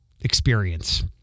experience